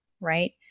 right